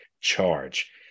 charge